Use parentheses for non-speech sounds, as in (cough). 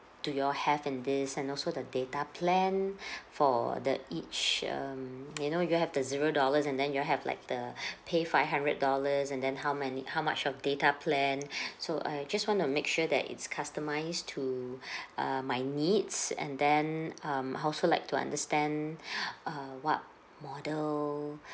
do you all have than this and also the data plan (breath) for the each um you know you have the zero dollars and then you have like the pay five hundred dollars and then how many how much of data plan (breath) so I just want to make sure that it's customise to (breath) uh my needs and then um I also like to understand (breath) uh what model